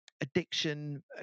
addiction